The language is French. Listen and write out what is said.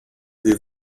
des